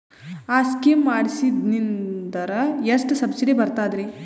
ಆ ಸ್ಕೀಮ ಮಾಡ್ಸೀದ್ನಂದರ ಎಷ್ಟ ಸಬ್ಸಿಡಿ ಬರ್ತಾದ್ರೀ?